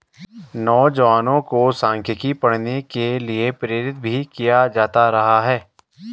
नौजवानों को सांख्यिकी पढ़ने के लिये प्रेरित भी किया जाता रहा है